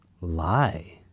lie